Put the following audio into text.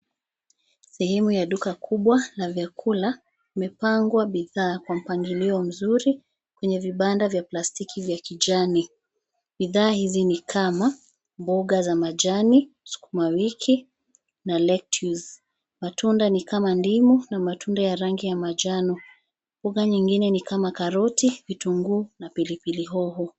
Sehemu ya duka kubwa la vyakula imepangwa bidhaa kwa mpangilio mzuri kwenye vibanda vya plastiki vya kijani. Bidhaa hizi ni kama mboga za majani, sukumawiki na lettuce . Matunda ni kama ndimu na matunda ya rangi ya manjano. Mboga nyingine ni kama karoti, vitunguu na pilipili hoho.